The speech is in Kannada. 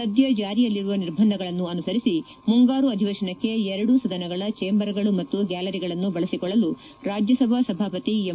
ಸದ್ಯ ಜಾರಿಯಲ್ಲಿರುವ ನಿರ್ಬಂಧಗಳನ್ನು ಅನುಸರಿಸಿ ಮುಂಗಾರು ಅಧಿವೇಶನಕ್ಕೆ ಎರಡೂ ಸದನಗಳ ಚೇಂಬರ್ಗಳು ಮತ್ತು ಗ್ಲಾಲರಿಗಳನ್ನು ಬಳಸಿಕೊಳ್ಳಲು ರಾಜ್ಯಸಭಾ ಸಭಾಪತಿ ಎಂ